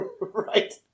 Right